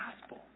gospel